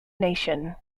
nation